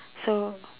so